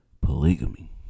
polygamy